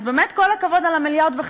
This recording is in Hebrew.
אז באמת כל הכבוד על ה-1.5 מיליארד,